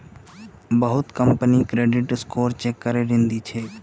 बहुत company credit score check करे ऋण दी छेक